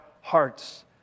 hearts